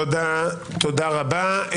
תודה רבה.